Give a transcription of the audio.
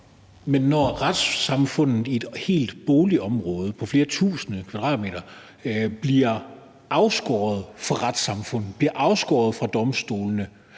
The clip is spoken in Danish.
Larsen (LA): Når et helt boligområde på flere tusind kvadratmeter bliver afskåret fra retssamfundet og bliver afskåret fra domstolene